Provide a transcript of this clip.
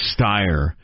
Steyer